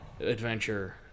adventure